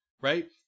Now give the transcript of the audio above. right